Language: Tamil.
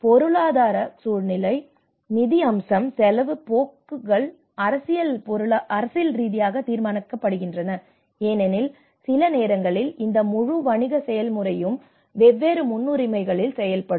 பொருளாதார சூழல் நிதி அம்சம் செலவு போக்குகள் அரசியல் ரீதியாக தீர்மானிக்கப்படுகின்றன ஏனெனில் சில நேரங்களில் இந்த முழு வணிக செயல்முறையும் வெவ்வேறு முன்னுரிமைகளில் செயல்படும்